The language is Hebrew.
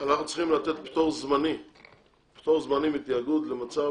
צריכים לתת פטור זמני מתיאגוד למצב